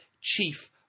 chief